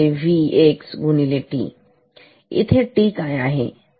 इथे t काय आहे